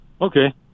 okay